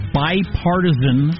bipartisan